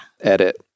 Edit